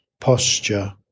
posture